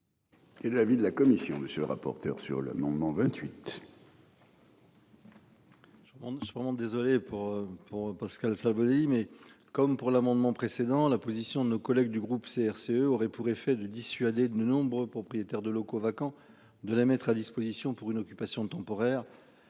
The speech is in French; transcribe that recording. Et de l'avis de la commission. Monsieur le rapporteur, sur l'amendement 28. Je ne suis vraiment désolé pour pour Pascal Salvodelli. Mais comme pour l'amendement précédent la position de nos collègues du groupe CRCE aurait pour effet de dissuader de nombreux propriétaires de locaux vacants de la mettre à disposition pour une occupation temporaire.